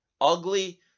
ugly